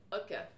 okay